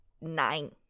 nine